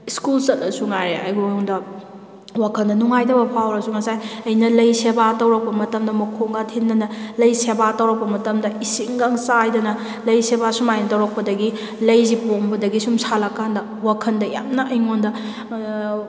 school ꯆꯠꯂꯁꯨ ꯉꯥꯏꯔꯦ ꯑꯩꯉꯣꯟꯗ ꯋꯥꯈꯜꯗ ꯅꯨꯉꯥꯏꯇꯕ ꯐꯥꯎꯔꯁꯨ ꯉꯁꯥꯏ ꯑꯩꯅ ꯂꯩ ꯁꯦꯕꯥ ꯇꯧꯔꯛꯄ ꯃꯇꯝꯗ ꯃꯈꯣꯡꯒ ꯊꯤꯟꯗꯅ ꯂꯩ ꯁꯦꯕꯥ ꯇꯧꯔꯛꯄ ꯃꯇꯝꯗ ꯏꯁꯤꯡꯒ ꯆꯥꯏꯗꯅ ꯂꯩ ꯁꯦꯕ ꯁꯨꯃꯥꯏꯅ ꯇꯧꯔꯛꯄꯗꯒꯤ ꯂꯩꯁꯤ ꯄꯣꯝꯕꯗꯒꯤ ꯑꯁꯨꯝ ꯁꯥꯠꯂꯛꯑꯀꯥꯟꯗ ꯋꯥꯈꯜꯗ ꯌꯥꯝꯅ ꯑꯩꯉꯣꯟꯗ